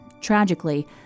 Tragically